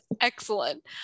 excellent